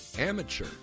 Amateur